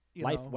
life